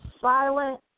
silent